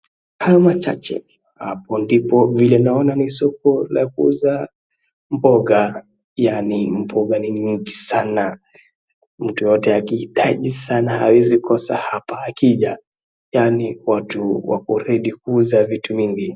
Hayo machache, hapo ndipo vile naona ni soko la kuuza mboga, yaani mboga ni mingi sana. Mtu yeyote akihitaji sana haezi kosa hapa akija, yaani watu wako ready kuuza vitu mingi.